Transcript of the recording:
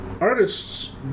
artists